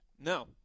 No